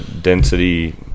density